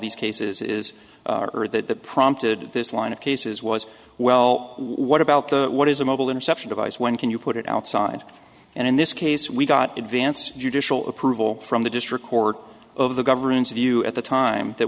these cases is that that prompted this line of cases was well what about the what is a mobile interception device when can you put it outside and in this case we got it vance judicial approval from the district court over the government's view at the time that